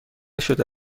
شده